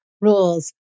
rules